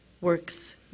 works